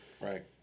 Right